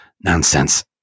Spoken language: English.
nonsense